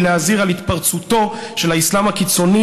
מלהזהיר מהתפרצותו של האסלאם הקיצוני.